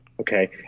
okay